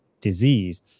disease